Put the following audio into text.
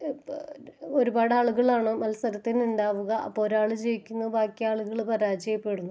ഇപ്പോൾ ഒരുപാട് ആളുകളാണ് മത്സരത്തിന് ഉണ്ടാവുക അപ്പോൾ ഒരാള് ജയിക്കുന്നു ബാക്കിയാളുകള് പരാജയപ്പെടുന്നു